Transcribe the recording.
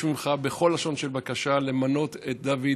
ממך בכל לשון של בקשה למנות את דוד.